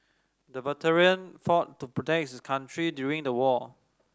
the veteran fought to protect his country during the war